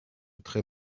très